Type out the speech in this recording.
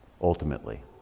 Ultimately